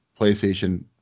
playstation